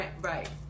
Right